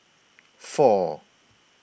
four